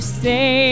say